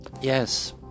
Yes